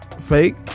fake